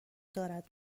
دارد